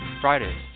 Fridays